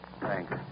Thanks